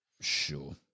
sure